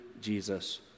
Jesus